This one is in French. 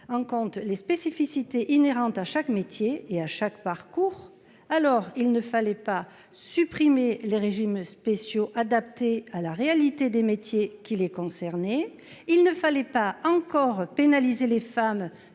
En compte les spécificités inhérentes à chaque métier et à chaque parcours, alors il ne fallait pas supprimer les régimes spéciaux adaptés à la réalité des métiers qui les concerné. Il ne fallait pas encore pénaliser les femmes